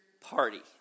party